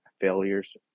failures